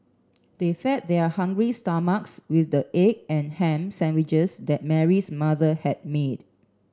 they fed their hungry stomachs with the egg and ham sandwiches that Mary's mother had made